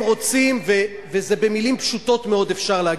הם רוצים, וזה, במלים פשוטות מאוד אפשר להגיד,